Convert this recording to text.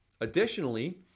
Additionally